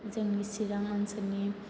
जोंनि चिरां ओनसोलनि